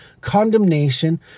condemnation